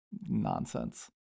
nonsense